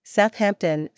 Southampton